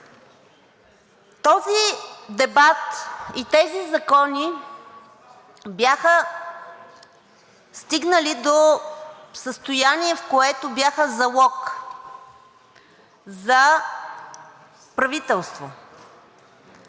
Този дебат и тези закони бяха стигнали до състояние, в което бяха залог за правителство.